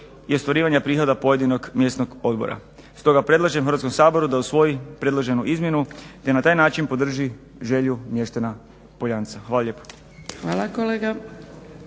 i ostvarivanja prihoda pojedinog mjesnog odbora. Stoga predlažem Hrvatskom saboru da usvoji predloženu izmjenu te na taj način podrži želju mještana Poljanca. Hvala lijepo.